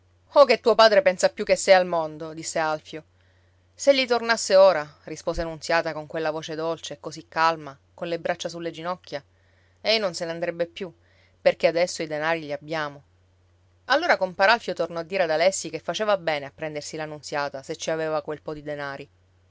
o che tuo padre pensa più che sei al mondo disse alfio s'egli tornasse ora rispose nunziata con quella voce dolce e così calma colle braccia sulle ginocchia ei non se ne andrebbe più perché adesso i denari li abbiamo allora compar alfio tornò a dire ad alessi che faceva bene a prendersi la nunziata se ci aveva quel po di denari